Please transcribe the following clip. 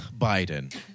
Biden